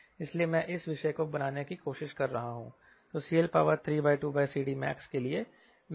इसलिए मैं इस विषय को बनाने की कोशिश कर रहा हूं